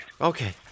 Okay